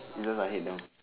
because I hate them